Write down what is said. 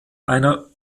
einer